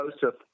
Joseph